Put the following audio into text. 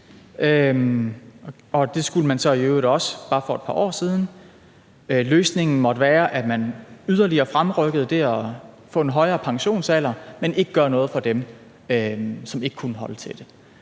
det skulle man så i øvrigt også bare for et par år siden. Løsningen måtte være, at man yderligere fremrykkede det at få en højere pensionsalder, men ikke gøre noget for dem, som ikke kunne holde til det.